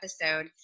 episode